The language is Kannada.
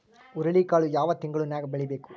ಹುರುಳಿಕಾಳು ಯಾವ ತಿಂಗಳು ನ್ಯಾಗ್ ಬೆಳಿಬೇಕು?